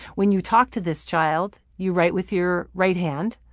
when you talk to this child, you write with your right hand.